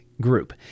group